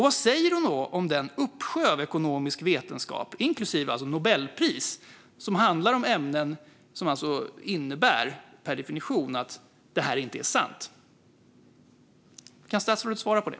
Vad säger hon om den uppsjö av ekonomisk vetenskap, inklusive nobelpriser, som handlar om ämnen som per definition innebär att det här inte är sant? Kan statsrådet svara på det?